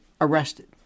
arrested